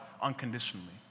unconditionally